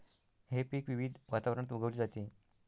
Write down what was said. हे पीक विविध वातावरणात उगवली जाते